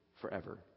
forever